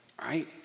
right